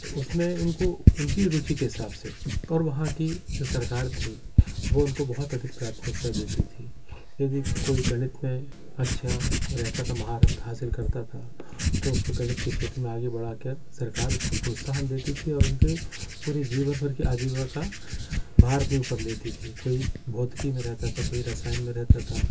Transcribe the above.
तो उसमें उनको उनकी रुचि के हिसाब से और वहाँ की जो सरकार थी वह उनको बहुत अधिक प्राथमिकता देती थी यदि कोई गणित में अच्छा रहता था महारत हासिल करता था तो उसको गणित के क्षेत्र में आगे बढ़ा कर सरकार उसको प्रोत्साहन देती थी और उनके पूरी जीवन भर की आजीविका भार अपने ऊपर लेती थी कोई भौतिकी में रहता था कोई रसायन में रहता था